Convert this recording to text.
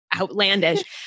outlandish